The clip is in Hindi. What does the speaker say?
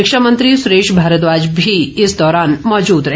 शिक्षा मंत्री सुरेश भारद्वाज भी इस दौरान मौजूद रहे